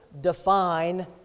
Define